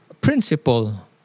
principle